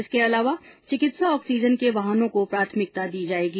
इसके अलावा चिकित्सा ऑक्सीजन के वाहनों को प्राथमिकता दी जाएगी